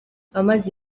amaze